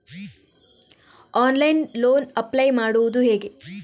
Online loan apply ಮಾಡುವುದು ಹೇಗೆ?